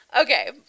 okay